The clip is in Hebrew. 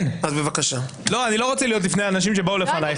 כמובן שאם לפני סוף שבע השנים מגיעים לגיל 70 - הקדנציה מסתיימת.